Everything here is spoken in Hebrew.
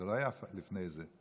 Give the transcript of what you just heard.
זה לא היה לפני זה.